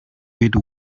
made